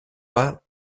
pas